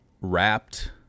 Wrapped